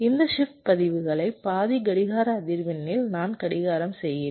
இந்த ஷிப்ட் பதிவுகளை பாதி கடிகார அதிர்வெண்ணில் நான் கடிகாரம் செய்கிறேன்